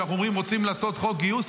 כשאנחנו אומרים: רוצים לעשות חוק גיוס,